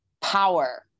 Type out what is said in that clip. power